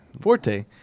Forte